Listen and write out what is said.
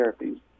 therapies